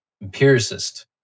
empiricist